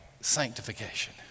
sanctification